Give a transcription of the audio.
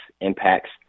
impacts